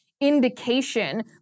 indication